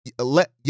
let